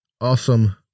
awesome